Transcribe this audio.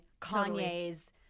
Kanye's